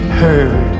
heard